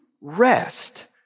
rest